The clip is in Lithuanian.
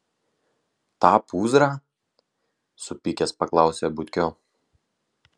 tą pūzrą supykęs paklausė butkio